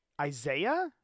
Isaiah